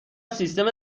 سیستم